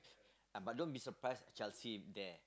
but don't be surprised if Chelsea is there